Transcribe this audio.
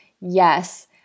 yes